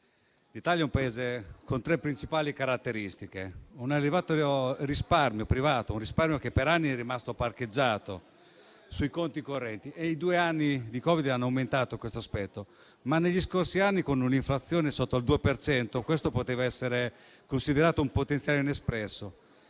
l'Italia è un Paese con tre principali caratteristiche, una delle quali è un elevato risparmio privato, che per anni è rimasto "parcheggiato" sui conti correnti, e i due anni di Covid hanno acuito questo aspetto. Negli scorsi anni, con un'inflazione sotto al 2 per cento, questo poteva essere considerato un potenziale inespresso;